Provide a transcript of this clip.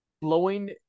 blowing